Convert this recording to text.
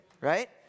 Right